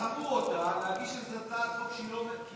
בחרו אותה להגיש הצעת חוק שהיא לא באמת,